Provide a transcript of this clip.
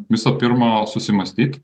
visų pirma susimąstyt